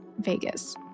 Vegas